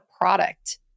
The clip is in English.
product